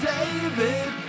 David